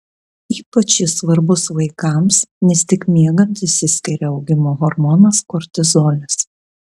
ypač jis svarbus vaikams nes tik miegant išsiskiria augimo hormonas kortizolis